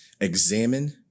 Examine